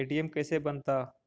ATM कैसे बनता?